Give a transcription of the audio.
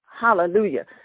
hallelujah